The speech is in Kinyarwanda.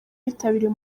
bitabiriye